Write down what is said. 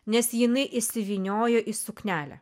nes jinai įsivyniojo į suknelę